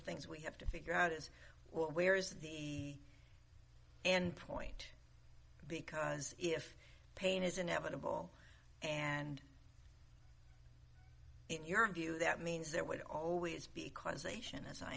things we have to figure out is where is the and point because if pain is inevitable and in your view that means there would always be causation a